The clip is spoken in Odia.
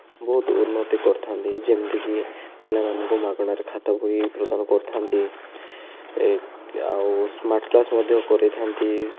ବହୁତ ଉନ୍ନତି କରିଥାନ୍ତି ଯେମିତିକି ପିଲାମାନଙ୍କୁ ମାଗଣାରେ ଖାତା ବହି ପ୍ରଦାନ କରିଥାନ୍ତି ଏ ଆଉ ସ୍ମାର୍ଟ କ୍ଳାସ ମଧ୍ୟ କରିଥାନ୍ତି